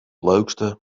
leukste